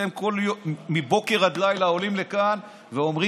אתם מבוקר עד לילה עולים לכאן ואומרים: